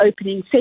opening